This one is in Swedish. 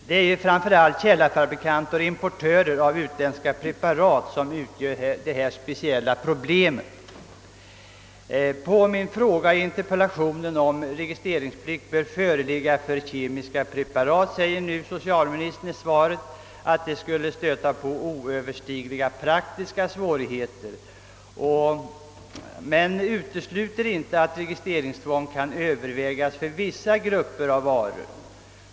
Det är framför allt källarfabrikanter och importörer av utländska preparat som utgör ett speciellt problem. På min fråga i interpellationen, om registreringsplikt bör föreligga för kemiska preparat, uttalar socialministern i sitt svar att detta skulle stöta på oöverstigliga praktiska svårigheter. Han utesluter dock inte att registreringstvång kan övervägas för vissa grupper av varor.